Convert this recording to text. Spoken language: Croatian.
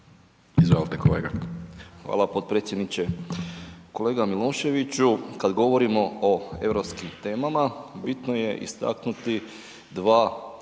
Anđelko (HDZ)** Hvala potpredsjedniče. Kolega Miloševiću kad govorimo o europskim temama bitno je istaknuti dva